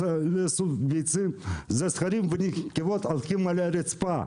זה זכרים ונקבות שהולכים על הרצפה,